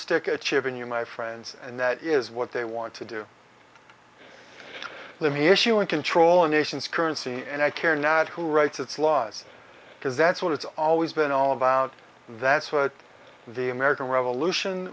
stick a chip in you my friends and that is what they want to do the me issue and control a nation's currency and i care not who writes it's laws because that's what it's always been all about that's what the american revolution